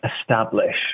establish